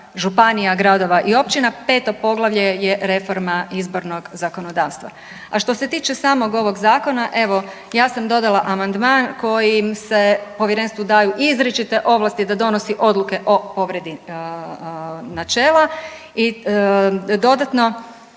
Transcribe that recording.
županija, gradova i općina, peto poglavlje je reforma izbornog zakonodavstva. A što se tiče samog ovog Zakona, evo, ja sam dodala amandman kojim se Povjerenstvu daju izričite ovlasti da donosi odluke o povredi načela i dodatno,